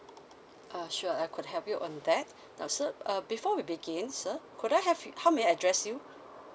uh sure I could help you on that now sir uh before we begin sir could I have how may I address you